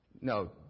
No